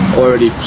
already